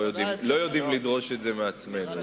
לא יודעים לדרוש את זה מעצמנו,